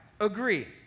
agree